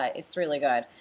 ah it's really good.